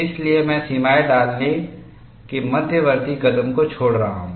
इसलिए मैं सीमाएं डालने के मध्यवर्ती कदम को छोड़ रहा हूं